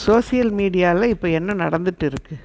social மீடியாவில் இப்போ என்ன நடந்துகிட்டு இருக்குது